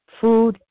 Food